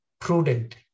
prudent